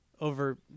over